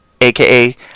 aka